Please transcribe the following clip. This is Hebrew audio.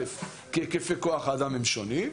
כי היקפי כוח האדם הם שונים.